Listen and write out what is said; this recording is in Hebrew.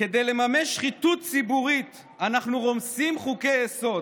"כדי לממש שחיתות ציבורית אנחנו רומסים חוקי-יסוד.